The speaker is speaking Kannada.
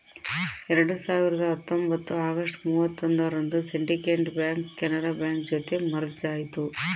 ಎರಡ್ ಸಾವಿರದ ಹತ್ತೊಂಬತ್ತು ಅಗಸ್ಟ್ ಮೂವತ್ತರಂದು ಸಿಂಡಿಕೇಟ್ ಬ್ಯಾಂಕ್ ಕೆನರಾ ಬ್ಯಾಂಕ್ ಜೊತೆ ಮರ್ಜ್ ಆಯ್ತು